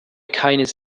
keines